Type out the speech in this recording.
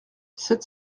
sept